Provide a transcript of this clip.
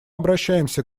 обращаемся